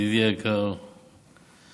ידידי היקר ברושי,